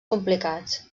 complicats